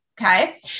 okay